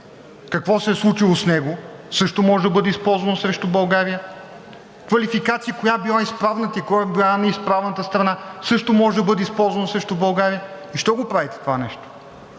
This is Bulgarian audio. какво се е случило с него, също може да бъде използвано срещу България. Квалификации коя била изправната и коя била неизправната страна също може да бъде използвано срещу България. Защо го правите това нещо?!